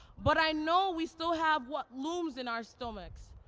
but i know we still have what looms in our stomachs,